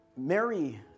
Mary